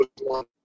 one